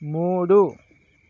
మూడు